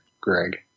Greg